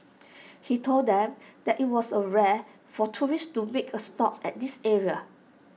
he told them that IT was rare for tourists to make A stop at this area